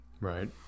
right